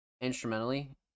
instrumentally